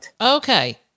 Okay